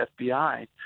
FBI